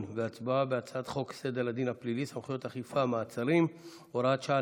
והצבעה בהצעת חוק סדר הדין הפלילי (סמכויות אכיפה מעצרים) (הוראת שעה,